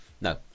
no